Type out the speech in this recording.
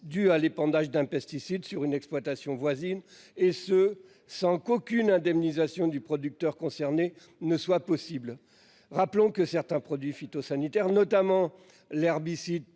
due à l'épandage d'un pesticide sur une exploitation voisine et ce, sans qu'aucune indemnisation du producteur concerné ne soit possible. Rappelons que certains produits phytosanitaires, notamment l'herbicide